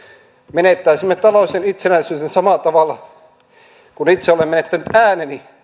menettäisimme taloudellisen itsenäisyyden samalla tavalla kuin itse olen menettänyt ääneni